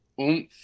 oomph